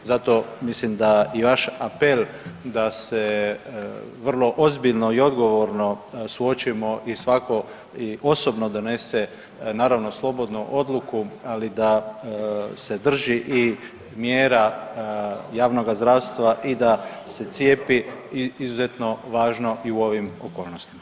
Zato mislim da i vaš apel da se vrlo ozbiljno i odgovorno suočimo i svako osobno donese naravno slobodno odluku, ali da se drži i mjera javnoga zdravstva i da se cijepi je izuzetno važno i u ovim okolnostima.